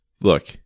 look